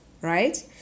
right